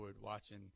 watching